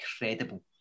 incredible